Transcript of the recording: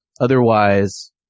Otherwise